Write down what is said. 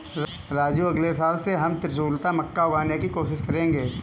राजू अगले साल से हम त्रिशुलता मक्का उगाने की कोशिश करेंगे